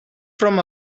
from